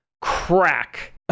crack